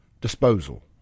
disposal